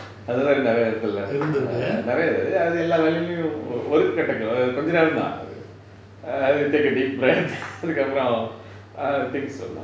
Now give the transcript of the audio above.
அதே மாரி நெறய இடத்துல நடந்துருக்கு நெறய இருக்கு அது எல்லா வேலைலயும் அது கொஞ்ச நேரம் தான்:athae maari neraya idathulae nadanthiruku neraya iruku athu ella velailayum athu konja naeram than I will take a deep breath அதுக்கப்புறம்:athukkappuram